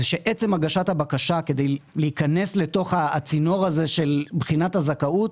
שעצם הגשת הבקשה כדי להיכנס לתוך הצינור הזה של בחינת הזכאות,